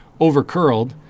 overcurled